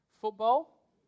Football